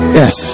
yes